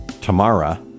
Tamara